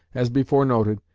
as before noted,